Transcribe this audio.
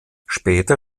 später